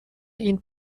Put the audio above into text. این